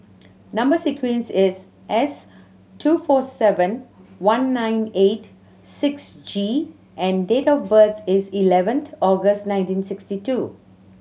number sequence is S two four seven one nine eight six G and date of birth is eleventh August nineteen sixty two